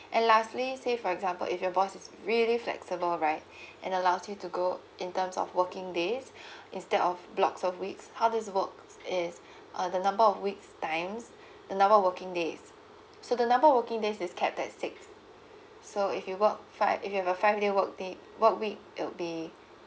and lastly say for example if your boss is really flexible right and allows you to go in terms of working days instead of blocks of weeks how this works is uh the number of weeks times the number working days so the number of working days is capped at six so if you work five if you have a five day work day work week it would be